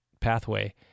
pathway